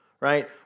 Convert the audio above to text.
Right